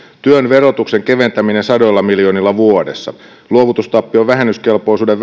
työn verotuksen keventäminen sadoilla miljoonilla vuodessa luovutustappion vähennyskelpoisuuden